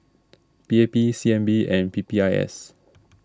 P A P C N B and P P I S